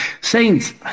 Saints